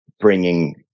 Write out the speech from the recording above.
bringing